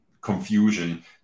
confusion